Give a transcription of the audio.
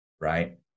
right